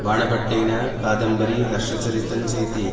बाणभट्टेन कादम्बरी हर्षचरितं चेति